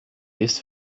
ist